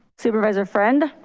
supervisor friend.